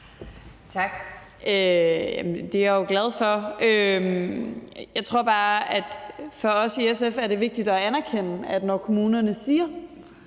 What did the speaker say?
Tak. Det er jeg jo glad for. Jeg tror bare, at det for os i SF er vigtigt at anerkende, at når kommunerne siger,